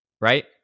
right